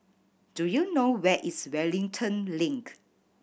do you know where is Wellington Link